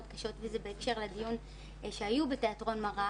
קשות לי בהקשר לדיון שהיו בתיאטרון מראה,